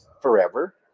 forever